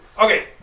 Okay